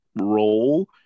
role